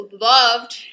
loved